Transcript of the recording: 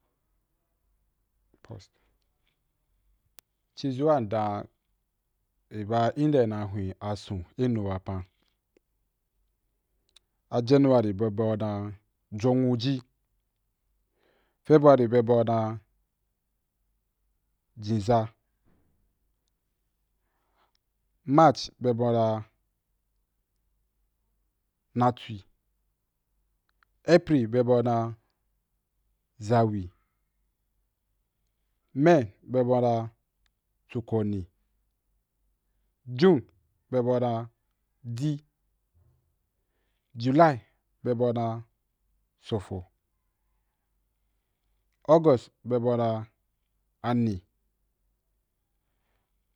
ci zu a mdan i ba inda i na hwen a zun i nu wapan, a january be bau dan jonwuji, february be bau dan jinza, march be bau dan natwi, april be bau dan zawi, may be bau dan chukoni, june be bau dan di, july be bau dan sofo, august be bau dan anì.